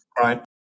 Right